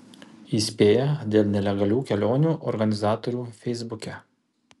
įspėja dėl nelegalių kelionių organizatorių feisbuke